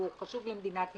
והוא חשוב למדינת ישראל,